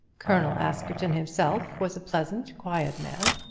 colonel askerton himself was a pleasant, quiet man,